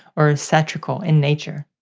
or satirical in nature.